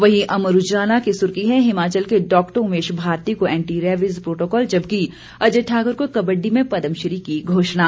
वहीं अमर उजाला की सुर्खी है हिमाचल के डॉ ओमेश भारती को एंटी रैबीज प्रोटोकाल जबकि अजय ठाकुर को कब्बडी में पदमश्री की घोषणा